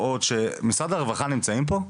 משרד הרווחה נמצאים פה?